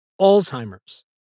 Alzheimer's